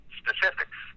specifics